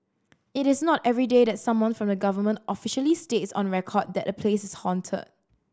it is not everyday that someone from the government officially states on record that a place is haunted